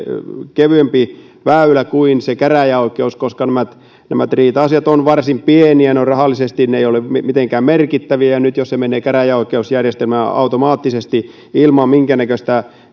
kevyempi väylä kuin se käräjäoikeus nämä nämä riita asiat ovat varsin pieniä ne eivät ole rahallisesti mitenkään merkittäviä ja nyt jos ne menevät käräjäoikeusjärjestelmään automaattisesti ilman minkäännäköistä